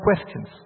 questions